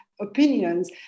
opinions